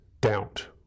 doubt